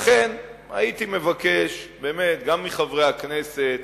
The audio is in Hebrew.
לכן הייתי מבקש גם מחברי הכנסת,